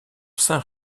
saint